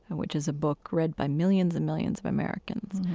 which is a book read by millions and millions of americans.